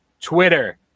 Twitter